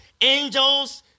angels